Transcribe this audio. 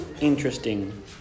interesting